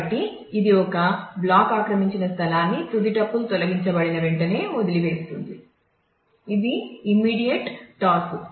కాబట్టి ఇది ఒక బ్లాక్ ఆక్రమించిన స్థలాన్ని తుది టుపుల్ తొలగించబడిన వెంటనే వదలివేస్తుంది ఇది ఇమ్మీడియేట్ టాసు